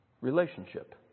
Relationship